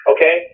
Okay